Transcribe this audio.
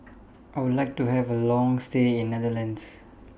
I Would like to Have A Long stay in Netherlands